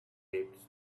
taped